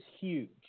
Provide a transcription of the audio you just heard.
huge